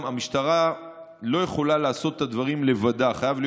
המשטרה גם לא יכולה לעשות את הדברים לבדה: חייב להיות